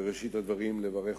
ב-26 במרס